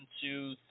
two